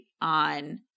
on